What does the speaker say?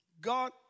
God